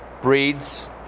breeds